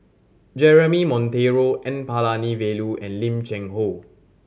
Jeremy Monteiro N Palanivelu and Lim Cheng Hoe